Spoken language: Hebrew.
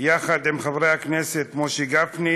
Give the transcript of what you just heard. לעורר את מודעות הציבור לתוצאות האפשריות